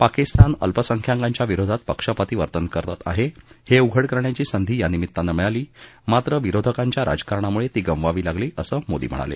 पाकिस्तान अल्पसंख्याकांच्या विरोधात पक्षपाती वर्तन करत आहे हे उघड करण्याची संधी या निमित्तानं मिळाली मात्र विरोधकांच्या राजकारणामुळे ती गमवावी लागली असं मोदी म्हणाले